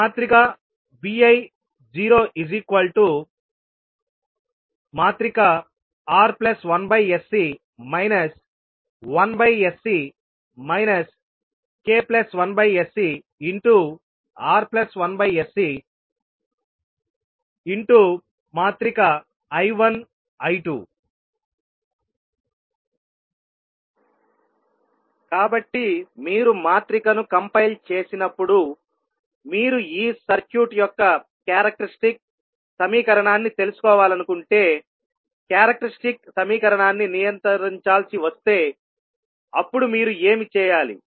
Vi 0 R1sC 1sC k1sC R1sC I1 I2 కాబట్టి మీరు మాత్రిక ను కంపైల్ చేసినప్పుడు మీరు ఈ సర్క్యూట్ యొక్క క్యారెక్టర్స్టిక్ సమీకరణాన్ని తెలుసుకోవాలనుకుంటే క్యారెక్టర్స్టిక్ సమీకరణాన్ని నియంత్రించాల్సి వస్తే అప్పుడు మీరు ఏమి చేయాలి